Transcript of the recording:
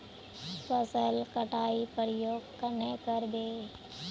फसल कटाई प्रयोग कन्हे कर बो?